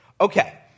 Okay